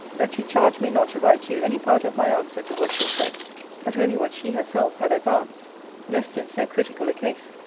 that she charged me not to write to you any part of my answer to what she said but only what she herself had advanced lest, in so critical a case,